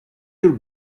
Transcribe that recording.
your